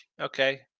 okay